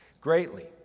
greatly